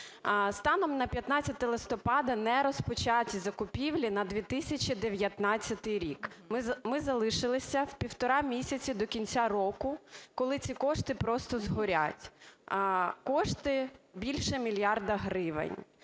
Станом на 15 листопада не розпочаті закупівлі на 2019 рік. Ми залишилися в півтора місяці до кінця року, коли ці кошти просто згорять, кошти – більше мільярда гривень.